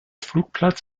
flugplatz